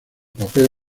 papel